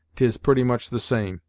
tis pretty much the same.